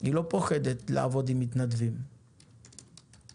היא לא פוחדת לעבוד עם מתנדבים, נכון?